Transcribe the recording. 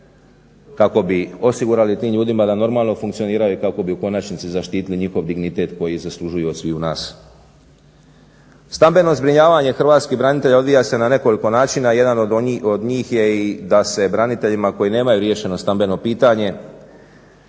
kako bi osigurali tim ljudima da normalno funkcioniraju kako bi u konačnici zaštitili njihov dignitet koji zaslužuju od sviju nas. Stambeno zbrinjavanje hrvatskih branitelja odvija se na nekoliko načina. Jedan od njih je i da se braniteljima koji nemaju riješeno stambeno pitanje